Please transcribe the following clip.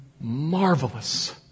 marvelous